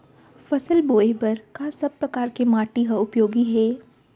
फसल बोए बर का सब परकार के माटी हा उपयोगी हे?